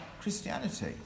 Christianity